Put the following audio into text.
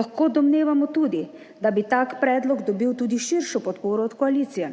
lahko domnevamo tudi, da bi tak predlog dobil tudi širšo podporo od koalicije,